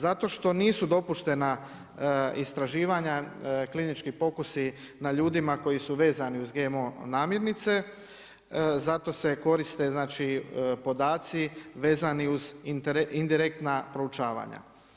Zato što nisu dopuštena istraživanja, klinički pokusi na ljudima koji su vezani uz GMO namjernice, zato se koriste znači podaci vezani uz indirektna proučavanja.